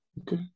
Okay